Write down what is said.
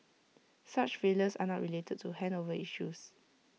such failures are not related to handover issues